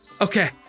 Okay